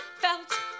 felt